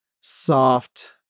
soft